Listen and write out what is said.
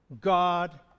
God